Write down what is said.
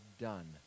done